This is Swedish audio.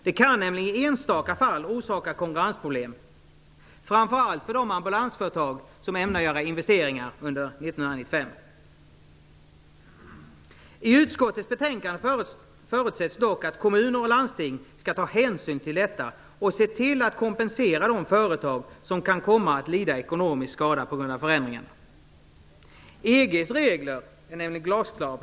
Det kan i enstaka fall orsaka konkurrensproblem, framför allt för de ambulansföretag som ämnar göra investeringar under 1995. I utskottets betänkande förutsätts dock att kommuner och landsting skall ta hänsyn till detta och se till att kompensera de företag som kan komma att lida ekonomisk skada på grund av förändringarna. EG:s regler är glasklara.